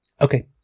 Okay